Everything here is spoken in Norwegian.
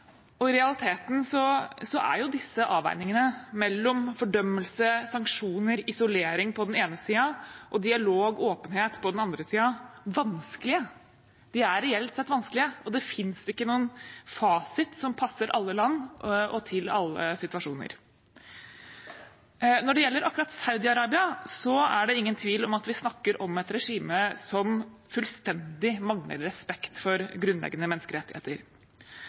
endringer. I realiteten er disse avveiningene mellom fordømmelse, sanksjoner og isolering på den ene siden og dialog og åpenhet på den andre siden vanskelige. De er reelt sett vanskelige, og det finnes ikke noen fasit som passer alle land og til alle situasjoner. Når det gjelder akkurat Saudi-Arabia, er det ingen tvil om at vi snakker om et regime som fullstendig mangler respekt for grunnleggende menneskerettigheter.